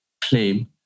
claim